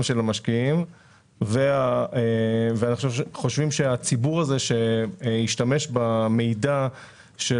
של המשקיעים וחושבים שהציבור הזה שהשתמש במידע של